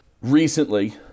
recently